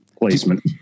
placement